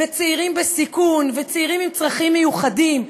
צעירים בסיכון וצעירים עם צרכים מיוחדים.